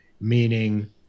meaning